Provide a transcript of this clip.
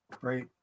great